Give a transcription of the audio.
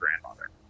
grandmother